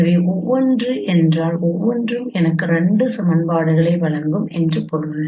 எனவே ஒவ்வொன்று என்றால் ஒவ்வொன்றும் எனக்கு 2 சமன்பாடுகளை வழங்கும் என்று பொருள்